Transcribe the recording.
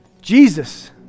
Jesus